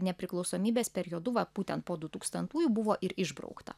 nepriklausomybės periodu va būtent po du tūkstantųjų buvo ir išbraukta